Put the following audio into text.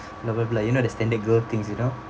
you know the standard girl things you know